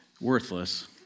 worthless